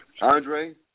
Andre